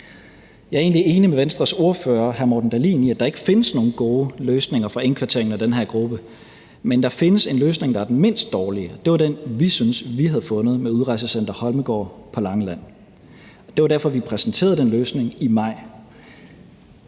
egentlig enig med Venstres ordfører, hr. Morten Dahlin, i, at der ikke findes nogen gode løsninger for indkvartering af den her gruppe, men der findes en løsning, der er den mindst dårlige, og det var den, vi syntes vi havde fundet med udrejsecenter Holmegaard på Langeland. Det var derfor, vi præsenterede den løsning i maj.